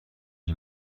این